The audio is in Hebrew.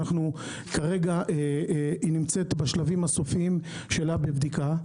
וכרגע היא נמצאת בשלבים הסופיים שלה בבדיקה,